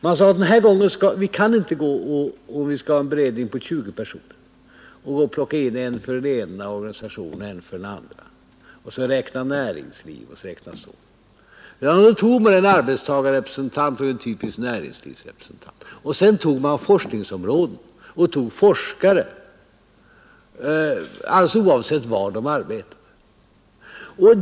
Man sade, att i en forskningsberedning, som skulle bestå av 20 personer, kan man inte plocka in en representant för den ena organisationen och en för den andra, en från näringslivet osv., utan då tog man en arbetstagarrepresentant och en typisk näringslivsrepresentant. Sedan valde man forskningsområden och forskare, alldeles oavsett var de arbetade.